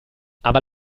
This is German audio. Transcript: aber